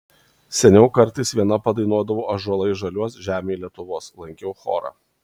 seniau kartais viena padainuodavau ąžuolai žaliuos žemėje lietuvos lankiau chorą